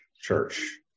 Church